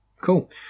Cool